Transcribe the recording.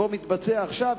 שמתקיים עכשיו,